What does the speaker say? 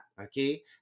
okay